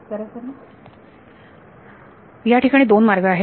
विद्यार्थी सरासरी याठिकाणी दोन मार्ग आहेत